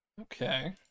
Okay